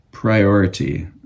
priority